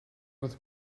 with